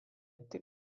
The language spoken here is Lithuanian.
tik